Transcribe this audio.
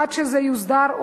עד שזה יוסדר,